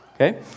okay